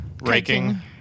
raking